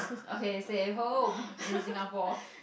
okay fake home in Singapore